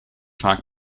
vaak